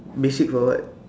basic for what